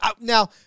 now